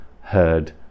heard